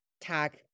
tag